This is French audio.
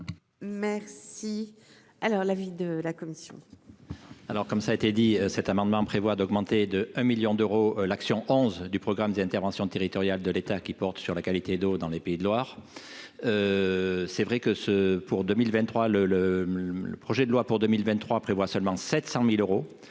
Merci, alors l'avis de la commission.